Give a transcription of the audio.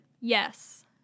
Yes